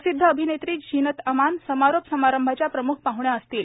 प्रसिद्ध अभिनेत्री झीनत अमान समारोप समारंभाच्या प्रम्ख पाहण्या असतील